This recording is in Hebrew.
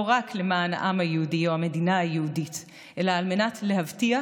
לא רק למען העם היהודי או המדינה היהודית אלא על מנת להבטיח